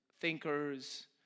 thinkers